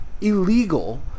illegal